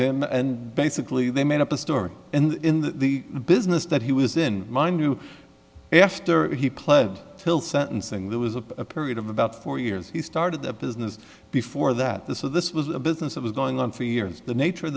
to him and basically they made up a story and in the business that he was in mind to after he pled till sentencing that was a period of about four years he started the business before that the so this was a business that was going on for years the nature of